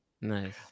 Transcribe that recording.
Nice